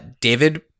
David